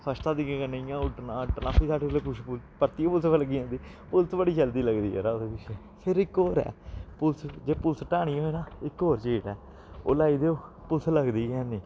first class तरीके कन्नै इ'यां उड्डना उड्डना फ्ही साढ़ी कुछ परतियै पुलस लग्गी जंदी पुलस बड़ी जल्दी लगदी ऐ यरा ओह्दे पिच्छें फिर इक होर ऐ पुलस जे पुलस टाहनी होऐ ना इक होर चीज ऐ ओह् लाई देओ पुलस लगदी गै हैनी